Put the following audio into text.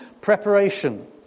Preparation